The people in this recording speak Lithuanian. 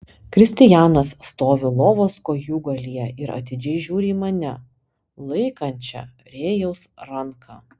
kristijanas stovi lovos kojūgalyje ir atidžiai žiūri į mane laikančią rėjaus ranką